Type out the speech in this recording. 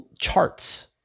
charts